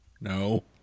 No